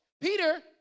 Peter